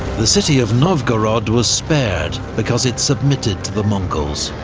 the city of novgorod was spared because it submitted to the mongols.